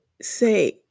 say